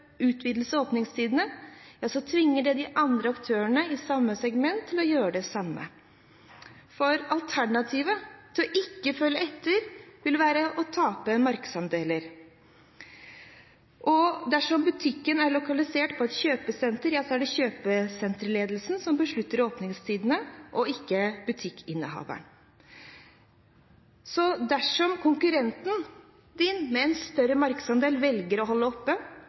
utvidelse av åpningstidene, tvinger det de andre aktørene i samme segment til å gjøre det samme, for alternativet til ikke å følge etter vil være å tape markedsandeler. Dersom butikken er lokalisert på et kjøpesenter, er det kjøpesenterledelsen som beslutter åpningstidene, og ikke butikkinnehaveren. Dersom konkurrenten din med større markedsandel velger å holde